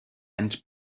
and